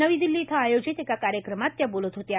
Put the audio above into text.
नवी दिल्ली इथं आयोजित एका कार्यक्रमात त्या बोलत होत्या